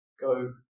go